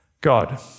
God